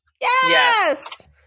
yes